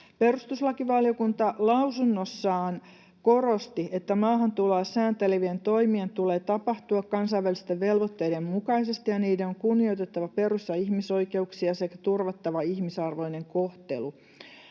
Perustuslakivaliokunta lausunnossaan korosti, että maahantuloa sääntelevien toimien tulee tapahtua kansainvälisten velvoitteiden mukaisesti ja niiden on kunnioitettava perus- ja ihmisoikeuksia sekä turvattava ihmisarvoinen kohtelu.